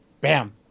bam